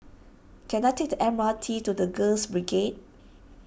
can I take the M R T to the Girls Brigade